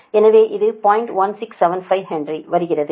1675 Henry வருகிறது